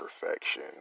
perfection